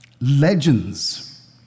Legends